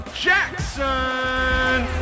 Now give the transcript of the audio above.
Jackson